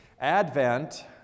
Advent